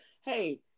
hey